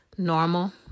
normal